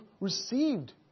received